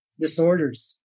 disorders